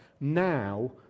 Now